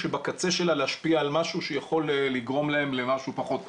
בקצה שלה להשפיע על משהו שיכול לגרום להם למשהו פחות טוב.